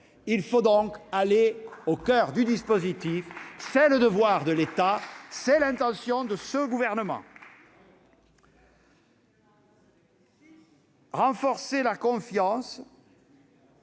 Il faut donc aller au coeur du dispositif : c'est le devoir de l'État, c'est l'intention de mon gouvernement ! Chiche ! Renforcer la confiance,